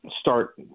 start